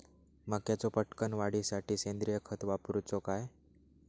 मक्याचो पटकन वाढीसाठी सेंद्रिय खत वापरूचो काय?